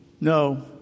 no